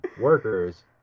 workers